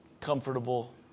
comfortable